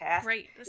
great